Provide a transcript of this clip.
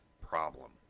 problem